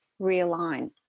realign